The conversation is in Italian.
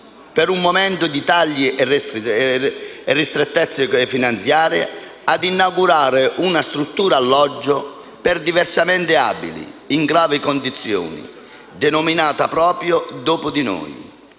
in un momento di tagli e ristrettezze finanziarie, ad inaugurare una struttura alloggio per diversamente abili in gravi condizioni, denominata proprio "dopo di noi",